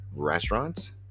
Restaurants